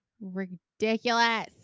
Ridiculous